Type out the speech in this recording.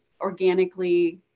organically